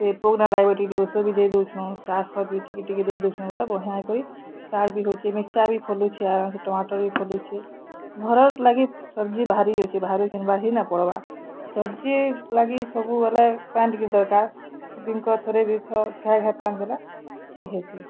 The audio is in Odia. ସେ ପୋକ୍ ନାଇଁ ଲାଗେ ବଲିକିନା ଟିକେ ଟିକେ ଓଷ ବି ଦେଇଦଉଚୁଁ ସାର୍ ଖତ୍ ବି ଟିକେ ଟିକେ ଦେଇଦଉଚୁଁ ବେଲେ ବଢ଼ିଆଁ କରି ସାର୍ ବି ହଉଛେ ମିର୍ଚ ବି ଫଲୁଛି ଆରାମ୍ସେ ଟମାଟର୍ ବି ଫଲୁଛେ ଘରର୍ ଲାଗି ସବ୍ଜି ବାହାରି ଯାଉଛେ ବାହାରୁ ଘିନ୍ବାର୍ ହିଁ ନାଇ ପଡ଼୍ବା ସବ୍ଜି ଲାଗି ସବୁବେଲେ ପାଏନ୍ ଟିକେ ଦର୍କାର୍ ଦିନକ ଥରେ ଦିଥର୍ ଘାଏ ଘାଏ ପାଏନ୍ ଦେଲା ଠିକ୍ ହେସି